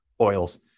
oils